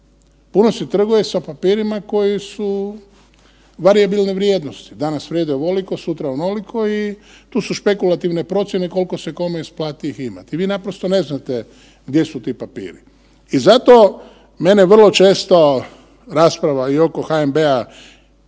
Puno se trguje sa papirima koji su varijabilne vrijednosti, danas vrijede ovoliko, sutra onoliko i tu su špekulativne procjene koliko se kome isplati ih imati. Vi naprosto ne znate gdje su ti papiri. I zato mene vrlo često rasprava i oko NHB-a